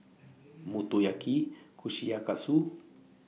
Motoyaki Kushikatsu